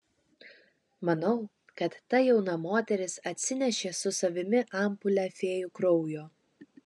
manau kad ta jauna moteris atsinešė su savimi ampulę fėjų kraujo